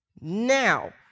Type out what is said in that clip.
Now